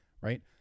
right